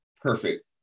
perfect